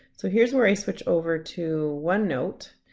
so here's where i switch over to onenote,